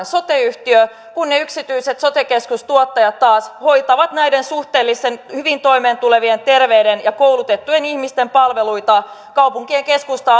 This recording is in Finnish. sote yhtiö kun yksityiset sote keskustuottajat taas hoitavat suhteellisen hyvin toimeentulevien terveiden ja koulutettujen ihmisten palveluita kaupunkien keskusta